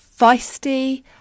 feisty